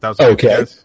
Okay